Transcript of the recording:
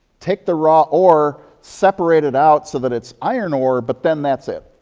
take the raw ore, separate it out so that it's iron ore, but then that's it.